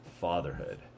fatherhood